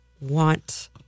want